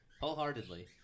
Wholeheartedly